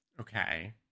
Okay